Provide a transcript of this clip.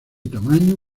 tamaño